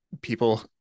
people